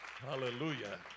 Hallelujah